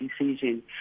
decision